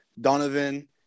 Donovan